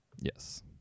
Yes